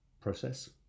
process